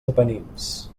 apenins